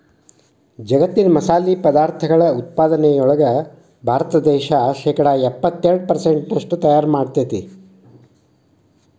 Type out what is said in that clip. ಜಗ್ಗತ್ತಿನ ಮಸಾಲಿ ಪದಾರ್ಥಗಳ ಉತ್ಪಾದನೆಯೊಳಗ ಭಾರತ ದೇಶ ಶೇಕಡಾ ಎಪ್ಪತ್ತೆರಡು ಪೆರ್ಸೆಂಟ್ನಷ್ಟು ತಯಾರ್ ಮಾಡ್ತೆತಿ